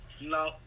No